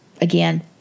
again